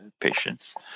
patients